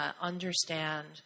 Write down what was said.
understand